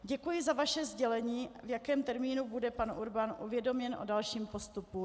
Děkuji za vaše sdělení, v jakém termínu bude pan Urban uvědoměn o dalším postupu.